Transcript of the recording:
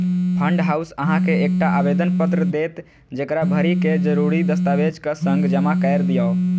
fund house अहां के एकटा आवेदन पत्र देत, जेकरा भरि कें जरूरी दस्तावेजक संग जमा कैर दियौ